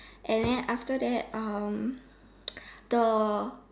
and then after that um the